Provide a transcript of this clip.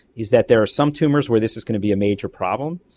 is that there are some tumours where this is going to be a major problem,